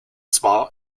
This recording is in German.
zwar